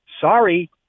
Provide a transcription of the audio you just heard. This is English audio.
Sorry